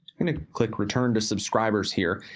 i'm gonna click return to subscribers here.